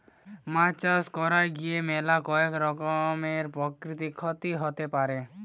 মাছ চাষ কইরার গিয়ে ম্যালা রকমের প্রাকৃতিক ক্ষতি হতে পারে